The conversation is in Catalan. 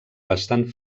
bastant